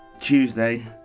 Tuesday